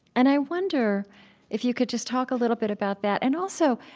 and i wonder if you could just talk a little bit about that. and also,